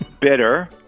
bitter